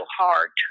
hard